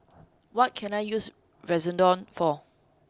what can I use Redoxon for